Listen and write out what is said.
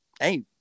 hey